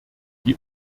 die